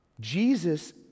Jesus